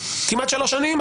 כמעט שלוש שנים,